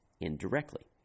indirectly